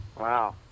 Wow